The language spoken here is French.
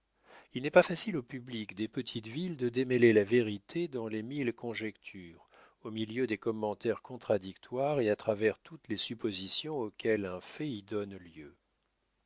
il n'est pas facile au public des petites villes de démêler la vérité dans les mille conjectures au milieu des commentaires contradictoires et à travers toutes les suppositions auxquelles un fait y donne lieu